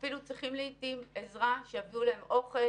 אפילו צריכים לעתים עזרה שיביאו להם אוכל